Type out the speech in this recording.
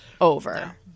over